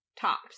Tops